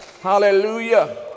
Hallelujah